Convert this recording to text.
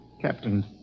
Captain